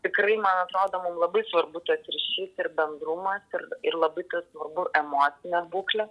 tikrai man atrodo mum labai svarbu tas ryšys ir bendrumas ir ir labai kas svarbu emocinė būklė